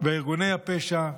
וארגוני הפשע,